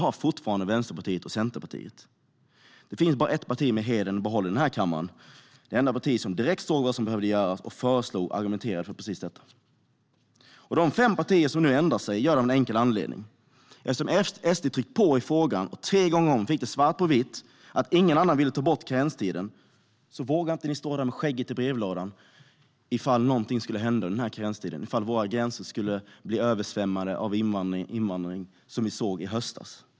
Vänsterpartiet och Centerpartiet har fortfarande fel. Det finns bara ett parti med hedern i behåll i denna kammare. Det är det enda parti som direkt såg vad som behövde göras och föreslog och argumenterade för precis detta. De fem partier som nu ändrar sig gör det av en enkel anledning. SD har tryckt på i frågan, och tre gånger har vi fått svart på vitt att ingen annan ville ta bort karenstiden. Men nu vågar ni inte stå med skägget i brevlådan om något skulle hända under karenstiden och våra gränser skulle bli översvämmade på grund av invandring, så som vi såg i höstas.